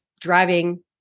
driving